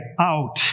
out